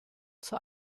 zur